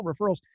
referrals